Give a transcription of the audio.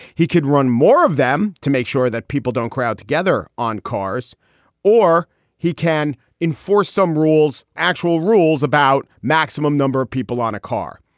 he could run more of them to make sure that people don't crowd together. they're on cars or he can enforce some rules. actual rules about maximum number of people on a car.